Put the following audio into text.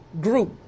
group